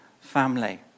family